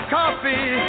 coffee